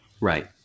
Right